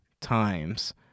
times